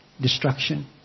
destruction